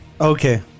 Okay